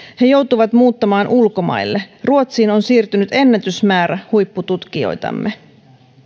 he joutuvat muuttamaan ulkomaille ruotsiin on siirtynyt ennätysmäärä huippututkijoitamme